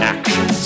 Action